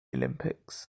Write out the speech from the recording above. olympics